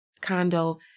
condo